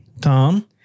tom